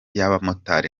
y’abamotari